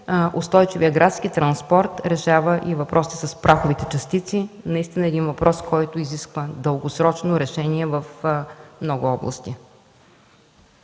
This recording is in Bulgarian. устойчивият градски транспорт решава и въпроса с праховите частици – един въпрос, който наистина изисква дългосрочно решение в много области.